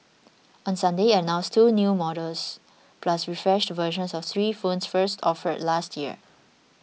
on Sunday it announced two new models plus refreshed versions of three phones first offered last year